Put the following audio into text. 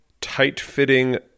tight-fitting